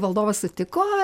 valdovas sutiko